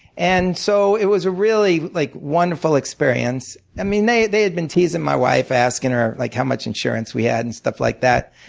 and so it was a really like wonderful experience. they they had been teasing my wife, asking her like how much insurance we had and stuff like that.